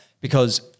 because-